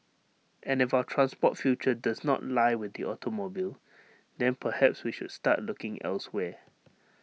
and if our transport future does not lie with the automobile then perhaps we should start looking elsewhere